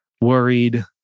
worried